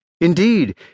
Indeed